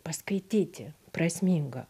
paskaityti prasmingo